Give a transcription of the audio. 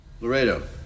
Laredo